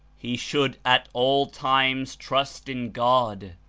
he should at all times trust in god,